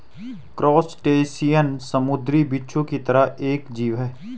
crustacean समुंद्री बिच्छू की तरह एक जीव है